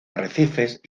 arrecifes